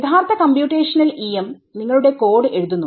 യഥാർത്ഥ computational EM നിങ്ങളുടെ code എഴുതുന്നു